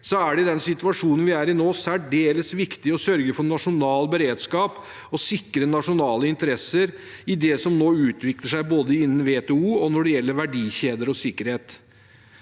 er det i den situasjonen vi er i nå, særdeles viktig å sørge for nasjonal beredskap og sikre nasjonale interesser i det som nå utvikler seg både innen WTO og når det gjelder verdikjeder og sikkerhet.